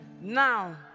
Now